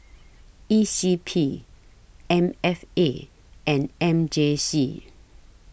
E C P M F A and M J C